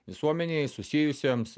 visuomenei susijusiems